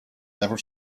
never